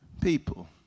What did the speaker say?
people